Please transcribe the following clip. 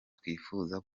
twifuza